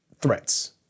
threats